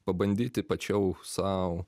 pabandyti pačiau sau